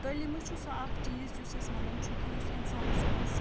تٲلیٖمٕے چھُ سُہ اَکھ چیٖز یُس أسۍ وَنان چھُ کہِ یُس اِنسانَس منٛز